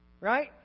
right